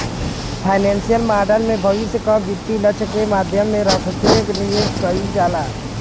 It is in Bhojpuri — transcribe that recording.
फाइनेंसियल मॉडल में भविष्य क वित्तीय लक्ष्य के ध्यान में रखके निवेश कइल जाला